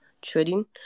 Trading